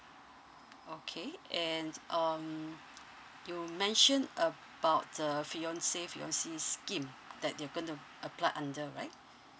okay and um you mentioned about the fiance fiancee scheme that you're going to apply under right